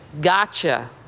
Gotcha